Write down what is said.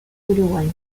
uruguay